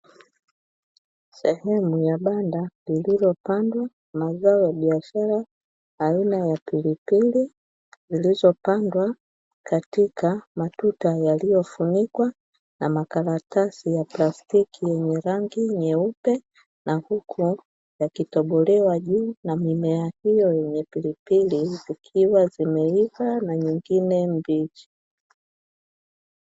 Sehemu ya banda lililopandwa mazao ya biashara aina ya pilipili zilizopandwa katika matuta yaliyofunikwa na makaratasi ya plastiki yenye rangi nyeupe na huku yakitobolewa juu na mimea hiyo yenye pilipili ikiwa zimeiva na nyingine mibichi.